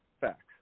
Facts